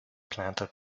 planted